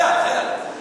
מרווחי החייל,